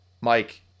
Mike